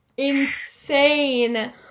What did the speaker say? insane